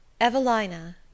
Evelina